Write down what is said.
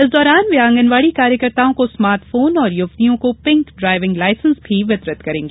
इस दौरान वे आंगनवाड़ी कार्यकर्ताओ को स्मार्ट फोन और युवतियों को पिंक ड्राइविंग लाइसेंस भी वितरित करेंगी